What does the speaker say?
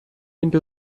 into